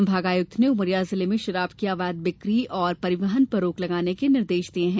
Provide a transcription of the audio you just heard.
संभागायुक्त ने उमरिया जिले मे शराब की अवैध बिक्री और परिवहन पर रोक लगाने के निर्देश दिये है